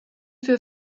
für